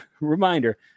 reminder